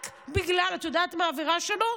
רק בגלל, את יודעת מה העבירה שלו?